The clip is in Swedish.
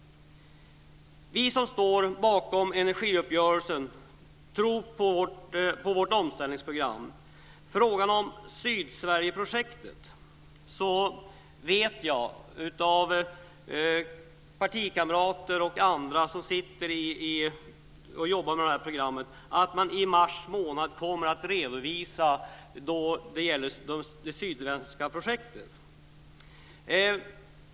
Vi som står bakom energiuppgörelsen tror på vårt omställningsprogram. Av partikamrater och andra som jobbar med det här programmet har jag fått höra att man i mars månad kommer att redovisa det sydländska projektet.